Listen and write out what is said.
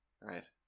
right